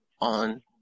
on